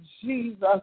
jesus